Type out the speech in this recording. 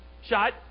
shot